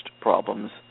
problems